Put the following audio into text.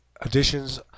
additions